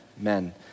Amen